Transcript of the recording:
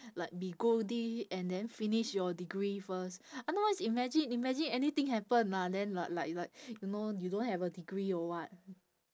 like be goody and then finish your degree first otherwise imagine imagine anything happen ah then l~ like like you know you don't have a degree or what